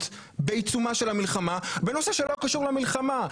בעיצומה של המלחמה בנושא שלא קשור למלחמה?